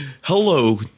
hello